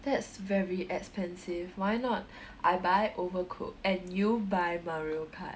that's very expensive why not I buy overcooked and you buy mario kart